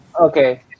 okay